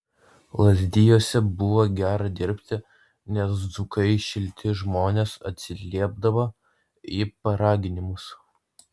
lazdijuose buvo gera dirbti nes dzūkai šilti žmonės atsiliepdavo į paraginimus